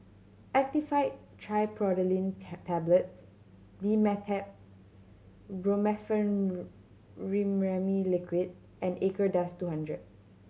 Actifed Triprolidine Tablets Dimetapp Brompheniramine Liquid and Acardust two hundred